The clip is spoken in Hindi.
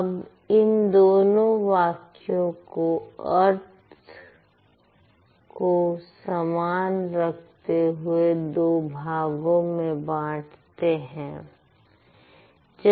अब इन दोनों वाक्यों को अर्थ को समान रखते हुए दो भागों में बांटते हैं